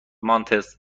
مانتس